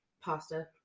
pasta